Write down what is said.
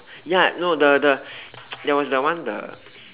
ya no the the there was the one the